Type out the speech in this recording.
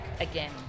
again